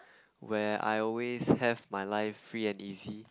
where I always have my life free and easy